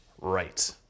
right